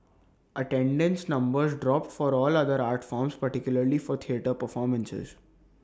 attendance numbers dropped for all other art forms particularly for theatre performances